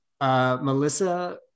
Melissa